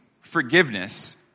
forgiveness